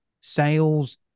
sales